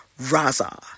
raza